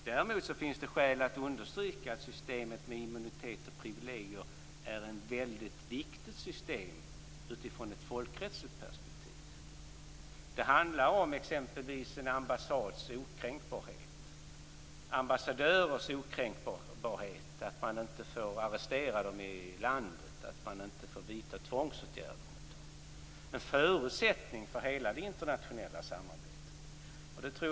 Däremot finns det skäl att understryka att systemet med immunitet och privilegier är ett mycket viktigt system i ett folkrättsligt perspektiv. Det handlar exempelvis om en ambassads eller om ambassadörers okränkbarhet. Man får inte arrestera sådana personer i landet. Man får inte vidta tvångsåtgärder mot dem. Detta är en förutsättning för hela det internationella samarbetet.